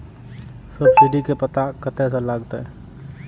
Subsidy के पता कतय से लागत?